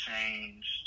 changed